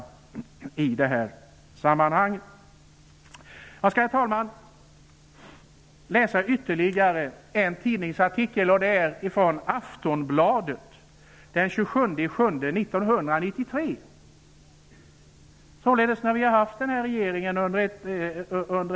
Jag skall, herr talman, läsa ur ytterligare ett par tidningsartiklar, tagna ur Aftonbladet i juli 1993, således från en tidpunkt då vi hade haft den nuvarande regeringen under ett par år.